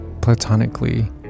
platonically